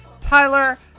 Tyler